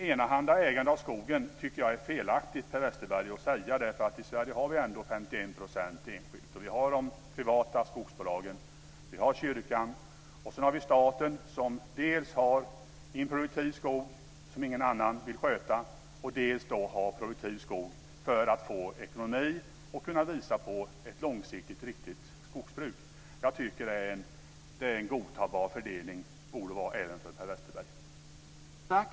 Enahanda ägande av skogen, Per Westerberg, tycker jag att det är felaktigt att tala om. I Sverige har vi ändå 51 % enskilt ägande. Vi har de privata skogsbolagen och kyrkan, och sedan har vi staten som dels har improduktiv skog som ingen annan vill sköta, dels har produktiv skog för att få ekonomi och kunna visa på ett långsiktigt riktigt skogsbruk. Jag tycker att det är en godtagbar fördelning. Det borde det vara även för Per Westerberg.